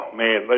man